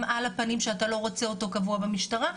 על הפנים שאתה לא רוצה אותו קבוע במשטרה,